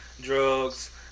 drugs